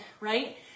right